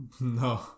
No